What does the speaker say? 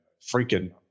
freaking